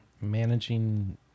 managing